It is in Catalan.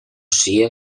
sia